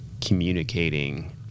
communicating